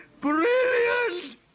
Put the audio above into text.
Brilliant